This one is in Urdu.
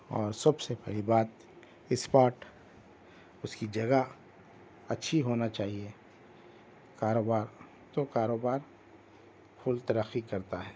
اور سب سے بڑی بات اسپاٹ اس کی جگہ اچھی ہونا چاہئے کاروبار تو کاروبار فل ترقی کرتا ہے